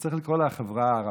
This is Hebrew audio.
וצריך לקרוא לה "החברה הערבית".